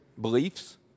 beliefs